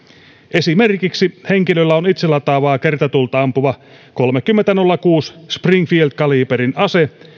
esimerkiksi jos henkilöllä on itselataavaa kertatulta ampuva kolmekymmentä miinus nolla kuusi springfield kaliiperin ase